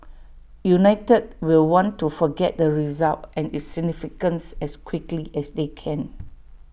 united will want to forget the result and its significance as quickly as they can